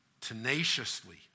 tenaciously